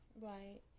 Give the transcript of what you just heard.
Right